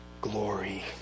glory